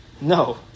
no